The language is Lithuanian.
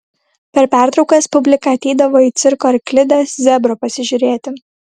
per pertraukas publika ateidavo į cirko arklidę zebro pasižiūrėti